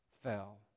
fell